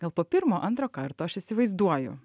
gal po pirmo antro karto aš įsivaizduoju